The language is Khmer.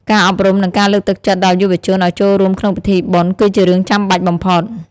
ការអប់រំ និងការលើកទឹកចិត្តដល់យុវជនឲ្យចូលរួមក្នុងពិធីបុណ្យ គឺជារឿងចាំបាច់បំផុត។